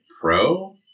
pro